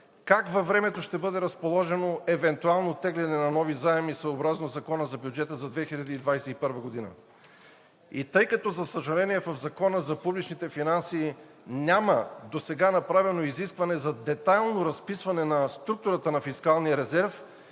как във времето ще бъде разположено евентуално теглене на нови заеми съгласно Закона за бюджета за 2021 г. Тъй като, за съжаление, в Закона за публичните финанси няма досега направено изискване за детайлно разписване на структурата на фискалния резерв,